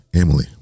Emily